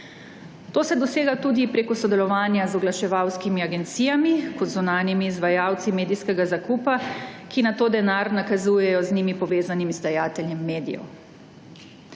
To se dosega tudi preko sodelovanja z oglaševalskimi agencijami kot zunanjimi izvajalci medijskega zakupa, ki nato denar nakazujejo z njimi povezanim izdajateljem medijev.